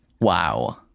Wow